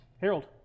Harold